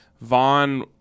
Vaughn